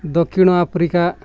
ଦକ୍ଷିଣ ଆଫ୍ରିକା